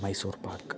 Mysore pak